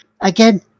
Again